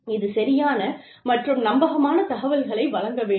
இது சரியான மற்றும் நம்பகமான தகவல்களை வழங்க வேண்டும்